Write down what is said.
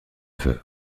veuve